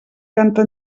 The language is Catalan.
canta